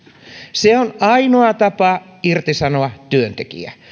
se on ainoa tapa irtisanoa työntekijä